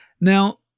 Now